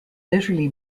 literally